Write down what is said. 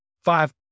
five